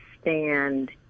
stand